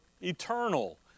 eternal